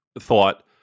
thought